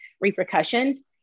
repercussions